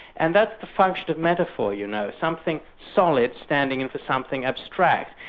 and that's the function of metaphor you know, something solid, standing in for something abstract.